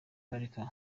bareka